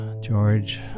George